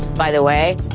by the way,